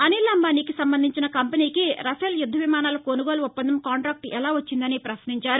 అనీల్ అంబానీకి సంబంధించిన కంపెనీకి రఫెల్ యుద్ద విమానాల కొనుగోలు ఒప్పందం కాంట్రాక్ట్ ఎలా వచ్చిందని పశ్నించారు